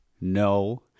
no